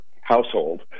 household